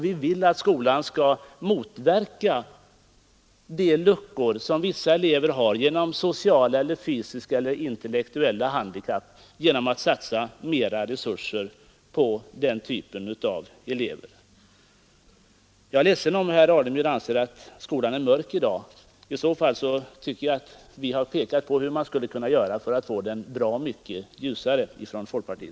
Vi vill att skolan skall motverka de luckor som vissa elever har — genom sociala, fysiska eller intellektuella handikapp — genom att satsa än mera resurser på dessa elever. Jag är ledsen om herr Alemyr tycker att bilden av skolan är mörk i dag. Från folkpartiets sida har vi dock velat peka på vad som skall göras för att få den bra mycket ljusare.